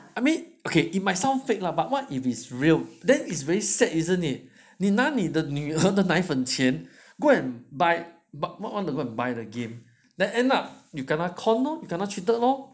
I mean okay but what if it's real is very sad isn't it 你拿的女儿奶粉钱 go and buy but what what go and buy the game but end up you cannot you kena con lor kena cheated lor